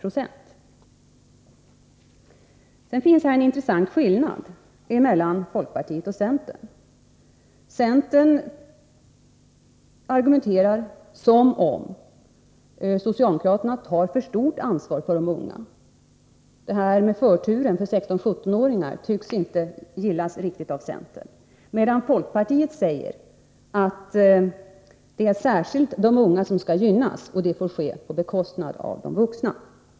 Det är intressant att notera skillnaden mellan folkpartiets och centerns synsätt. Enligt centerns argument tar vi socialdemokrater för stort ansvar för de unga. Det här med förtur för 16-17-åringar tycks centern inte riktigt gilla. Folkpartiet däremot säger att särskilt de unga skall gynnas. Det får ske på de vuxnas bekostnad.